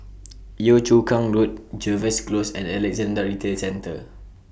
Yio Chu Kang Road Jervois Close and Alexandra Retail Centre